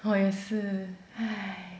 我也是 !hais!